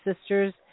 Sisters